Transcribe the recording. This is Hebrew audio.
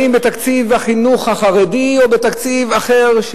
האם בתקציב החינוך החרדי או בתקציב אחר,